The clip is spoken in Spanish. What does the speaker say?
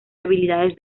habilidades